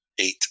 Eight